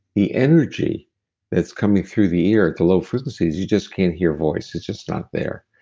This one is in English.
the energy that's coming through the ear at the low frequencies, you just can't hear voice, it's just not there.